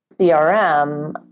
CRM